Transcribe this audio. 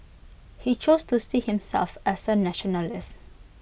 he chose to see himself as A nationalist